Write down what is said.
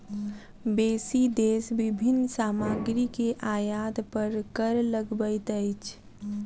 बेसी देश विभिन्न सामग्री के आयात पर कर लगबैत अछि